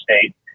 state